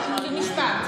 לסיים.